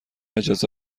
اجازه